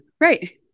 right